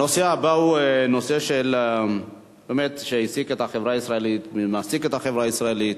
הנושא הבא הוא נושא שהעסיק את החברה הישראלית ומעסיק את החברה הישראלית: